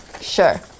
Sure